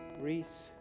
Reese